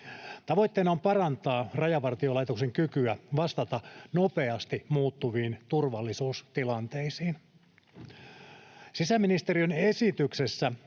Tavoitteena on parantaa Rajavartiolaitoksen kykyä vastata nopeasti muuttuviin turvallisuustilanteisiin. Sisäministeriön esityksessä